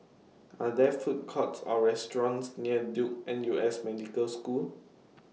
Are There Food Courts Or restaurants near Duke N U S Medical School